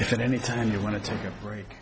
if at any time you want to take a break